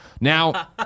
now